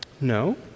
No